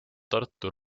tartu